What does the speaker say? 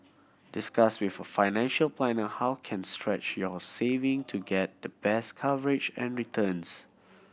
discuss with a financial planner how can stretch your saving to get the best coverage and returns